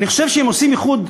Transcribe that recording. אני חושב שאם עושים איחוד,